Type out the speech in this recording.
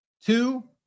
two